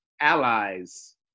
allies